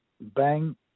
bang